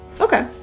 Okay